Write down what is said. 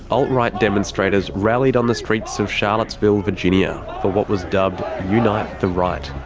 alt-right demonstrators rallied on the streets of charlottesville virginia for what was dubbed unite the right.